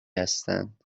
هستند